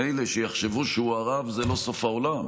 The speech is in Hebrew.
מילא שיחשבו שהוא הרב, זה לא סוף העולם,